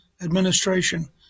administration